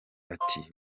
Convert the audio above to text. ati